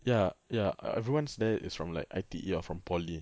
ya ya uh everyone there is from like I_T_E or from poly